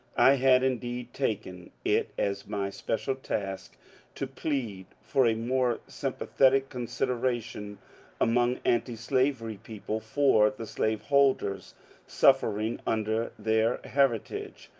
i had indeed taken it as my special task to plead for a more sympathetic consideration among antislavery people for the slaveholders suffering under their heritage.